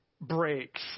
breaks